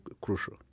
crucial